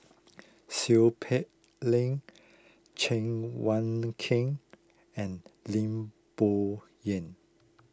Seow Peck Leng Cheng Wai Keung and Lim Bo Yam